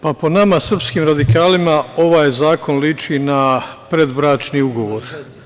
Po nama srpskim radikalima ovaj zakon liči na predbračni ugovor.